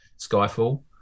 skyfall